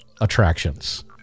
attractions